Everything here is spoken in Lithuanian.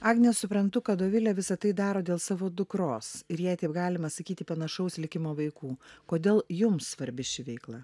agne suprantu kad dovilė visa tai daro dėl savo dukros ir jei taip galima sakyti panašaus likimo vaikų kodėl jums svarbi ši veikla